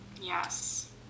yes